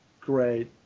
great